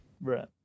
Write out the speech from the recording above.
Right